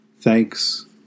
Thanks